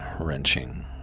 wrenching